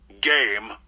Game